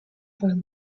for